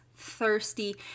thirsty